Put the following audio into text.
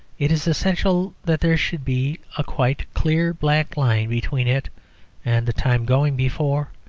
it is essential that there should be a quite clear black line between it and the time going before.